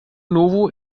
novo